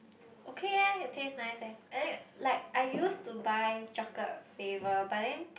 okay leh it taste nice leh I think like I used to buy chocolate flavour but then